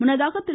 முன்னதாக திரு